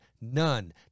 none